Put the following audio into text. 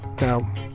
Now